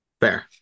Fair